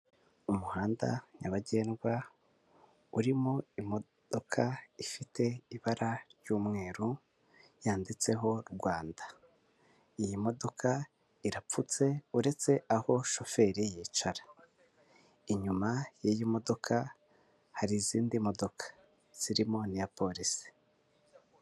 Umuhanda nyabagendwa urimo imodoka ifite ibara ry'umweru yanditseho Rwanda, iyi modoka irapfutse uretse aho shoferi yicara, inyuma y'iyi modoka hari izindi modoka zirimo iya polisi.